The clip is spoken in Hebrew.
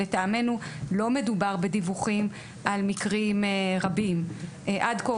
לטעמנו לא מדובר בדיווחים על מקרים רבים ועד כה,